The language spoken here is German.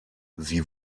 sie